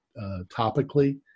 topically